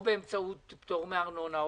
או באמצעות פטור מארנונה,